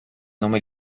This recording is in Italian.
nome